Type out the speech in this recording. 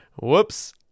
Whoops